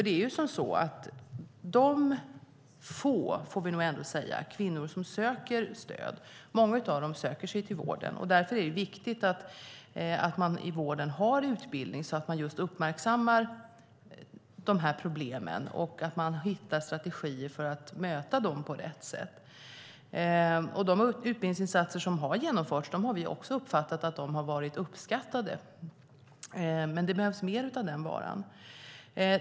Det är ju som så att av de få, får vi ändå säga, kvinnor som söker stöd söker sig många till vården. Därför är det viktigt att man i vården har utbildning så att man just uppmärksammar de här problemen och att man hittar strategier för att möta dem på rätt sätt. De utbildningsinsatser som har genomförts har vi också uppfattat har varit uppskattade, men det behövs mer av den varan.